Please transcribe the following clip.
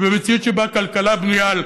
במציאות שבה כלכלה בנויה על